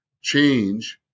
change